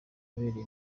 yabereye